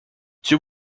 two